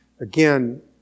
again